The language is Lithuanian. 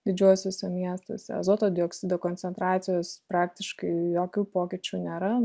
didžiuosiuose miestuose azoto dioksido koncentracijos praktiškai jokių pokyčių nėra